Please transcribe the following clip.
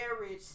marriage